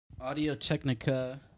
Audio-Technica